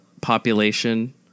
population